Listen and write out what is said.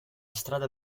strada